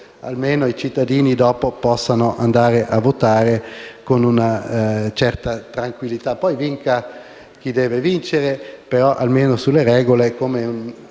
dopo i cittadini possano almeno andare a votare con una certa tranquillità. Poi vinca chi deve vincere, però almeno sulle regole, come